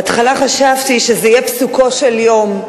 בהתחלה חשבתי שזה יהיה פסוקו של יום,